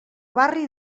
barri